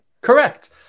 Correct